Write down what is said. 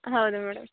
ಹೌದು ಮೇಡಮ್